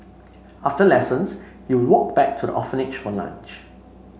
after lessons he walk back to the orphanage for lunch